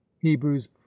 hebrews